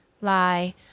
lie